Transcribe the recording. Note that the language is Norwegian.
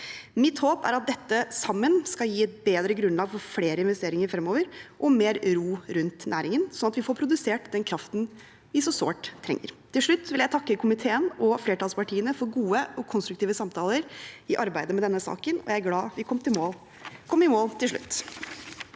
Mitt håp er at dette sammen skal gi et bedre grunnlag for flere investeringer fremover og mer ro rundt næringen, slik at vi får produsert den kraften vi så sårt trenger. Til slutt vil jeg takke komiteen og flertallspartiene for gode og konstruktive samtaler i arbeidet med denne saken. Jeg er glad for at vi kom i mål til slutt.